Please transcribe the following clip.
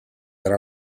era